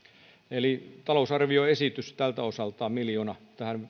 eli talousarvioesitys tältä osalta miljoona